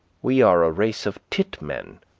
we are a race of tit-men,